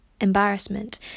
embarrassment